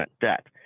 debt